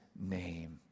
name